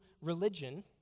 religion